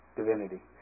divinity